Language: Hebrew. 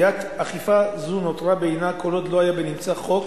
בעיית אכיפה זו נותרה בעינה כל עוד לא היה בנמצא חוק